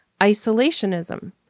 isolationism